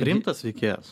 tik rimtas veikėjas